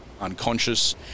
unconscious